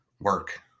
work